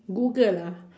Google ah